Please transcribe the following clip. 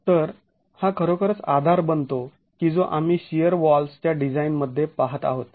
तर हा खरोखरच आधार बनतो की जो आम्ही शिअर वॉल्स् च्या डिझाइनमध्ये पाहत आहोत